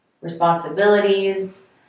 responsibilities